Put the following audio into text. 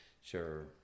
sure